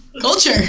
culture